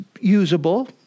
usable